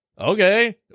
Okay